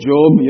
Job